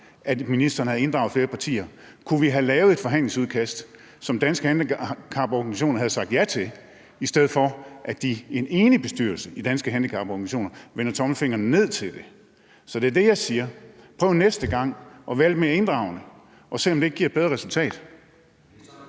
at ministeren havde inddraget flere partier, kunne vi have lavet et forhandlingsudkast, som Danske Handicaporganisationer havde sagt ja til, i stedet for at de i en enig bestyrelse i Danske Handicaporganisationer vender tommelfingeren ned til det. Så det er det, jeg siger. Prøv næste gang at være lidt mere inddragende, og se, om det ikke giver et bedre resultat.